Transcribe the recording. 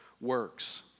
works